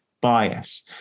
bias